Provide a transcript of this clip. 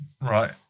Right